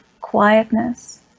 quietness